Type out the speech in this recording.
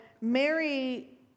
Mary